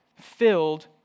filled